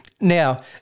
Now